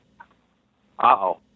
Uh-oh